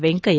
Venkaiah